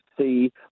see